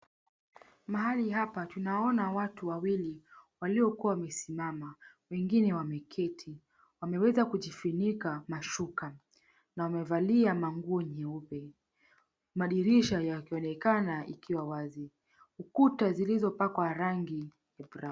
Mahali hapa tunaona watu wawili waliokuwa wamesimama wengine wameketi, wameweza kujifunika mashuka na wamevalia manguo nyeupe. Madirisha yakionekana ikiwa wazi ukuta zilizopakwa rangi ya brown .